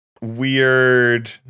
weird